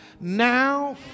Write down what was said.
Now